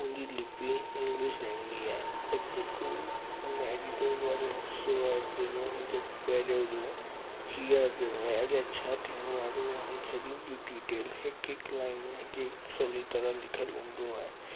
हुन जी लिपी इंग्लिश रहंदी आहे परि जेको हुन में एडीटोरिअल वारो हिसो जंहिं में हुनि जो पहिरियों जो हींअर जो ऐं अॻियां छा थियण वारो आहे हुन सभिनि जी डीटेल हिकु हिकु लाइन ने की सवली तरह लिखियल हूंदो आहे